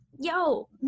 yo